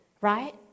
right